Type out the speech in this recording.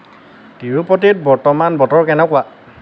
তিৰুপতিত বৰ্তমান বতৰ কেনেকুৱা